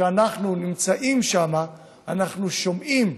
שאנחנו נמצאים בהם אנחנו שומעים